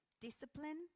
discipline